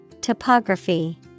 Topography